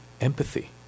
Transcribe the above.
empathy